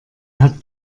hat